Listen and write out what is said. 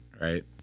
right